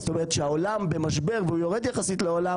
זאת אומרת שהעולם במשבר והוא יורד יחסית לעולם,